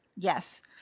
Yes